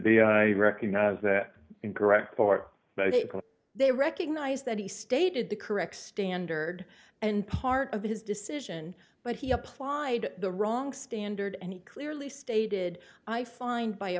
b i recognize that incorrect part because they recognize that he stated the correct standard and part of his decision but he applied the wrong standard and he clearly stated i find by a